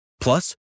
Plus